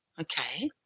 Okay